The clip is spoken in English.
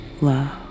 love